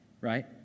right